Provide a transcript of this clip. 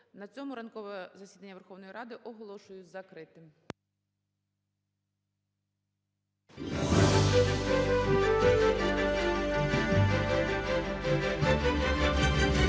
На цьому ранкове засідання Верховної Ради оголошую закритим.